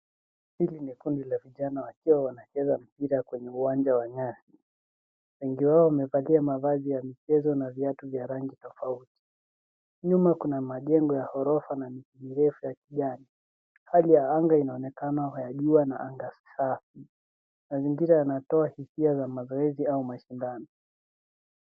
Hili ni kundi la vijana wakiwa wanacheza mpira kwenye uwanja wa nyasi. Wengi wao wamevalia mavazi ya michezo na viatu vya rangi tofauti. Nyuma kuna majengo ya ghorofa na miti mirefu ya kijani. Hali ya anga inaonekana ya jua na anga safi. Mazingira yanatoa hisia za mazoezi au mashindano.